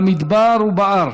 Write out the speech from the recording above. במדבר ובהר.